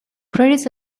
credits